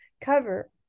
cover